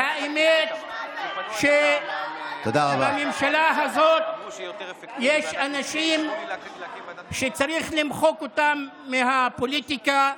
האמת שבממשלה הזו יש אנשים שצריך למחוק אותם מהפוליטיקה,